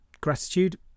gratitude